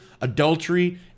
adultery